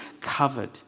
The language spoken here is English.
covered